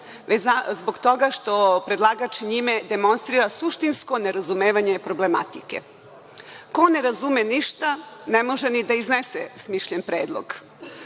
zbog toga što predlagač time demonstrira suštinsko nerazumevanje problematike. Ko ne razume ništa ne može ni da iznese smišljen predlog.